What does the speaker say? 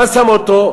איפה שם אותו?